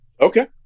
Okay